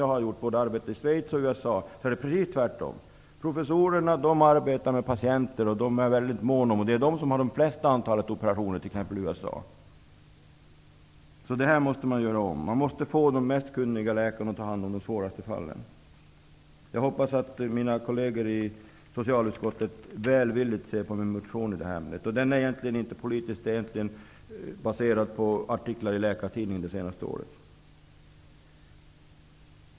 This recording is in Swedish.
Jag har arbetat i både Schweiz och USA. Där är det precis tvärtom. Professorerna arbetar med patienter och är väldigt måna om det. I USA t.ex. utför professorna de flesta operationerna. Det måste alltså göras om. Man måste få de mest kunniga läkarna att ta hand om de svåraste fallen. Jag hoppas att mina kolleger i socialutskottet välvilligt ser på min motion i det här ämnet. Den är egentligen inte politisk, utan den är baserad på artiklar i Läkartidningen under det senaste året.